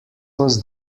was